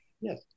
Yes